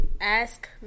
ask